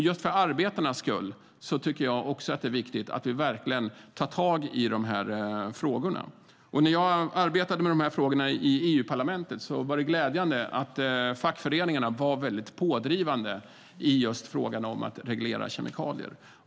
Just för arbetarnas skull tycker jag att det är viktigt att vi verkligen tar tag i de här frågorna. När jag arbetade med de här frågorna i EU-parlamentet var det glädjande att fackföreningarna var väldigt pådrivande just i fråga om att reglera kemikalier.